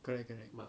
correct correct